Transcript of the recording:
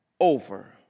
over